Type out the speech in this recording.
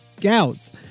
gouts